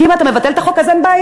כי אם אתה מבטל את החוק אז אין בעיה.